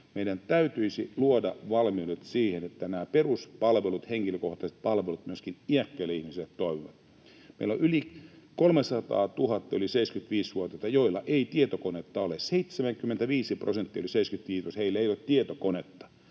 Meidän täytyisi luoda valmiudet siihen, että nämä peruspalvelut, henkilökohtaiset palvelut myöskin iäkkäille ihmisille toimivat. Meillä on yli 300 000 yli 75-vuotiaita, joilla ei tietokonetta ole. 75 prosenttia yli 75-vuotiaista, joilla ei ole tietokonetta.